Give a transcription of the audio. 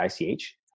ICH